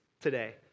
today